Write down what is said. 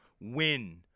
win